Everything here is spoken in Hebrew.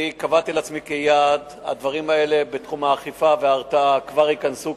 קבעתי לעצמי כיעד שהדברים האלה בתחום האכיפה וההרתעה ייכנסו.